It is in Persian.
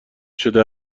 شده